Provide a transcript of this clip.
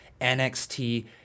NXT